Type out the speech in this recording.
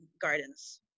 gardens